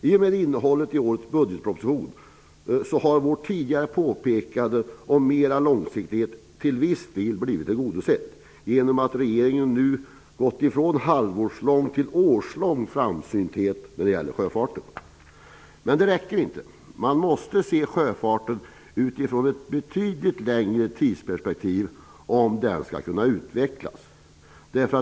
I och med innehållet i årets budgetproposition har vårt tidigare påpekande om mer långsiktighet till viss del blivit tillgodosett; regeringen har nu gått från halvårslång till årslång framsynthet när det gäller sjöfarten. Men det räcker inte! Man måste se sjöfarten i ett betydligt längre tidsperspektiv om den skall kunna utvecklas.